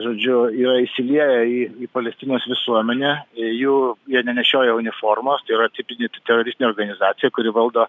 žodžiu jie įsilieja į į palestinos visuomenę jų jie nenešioja uniformos tai yra tipinė te teroristinė organizacija kuri valdo